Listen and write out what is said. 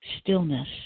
stillness